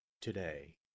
today